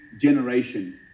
generation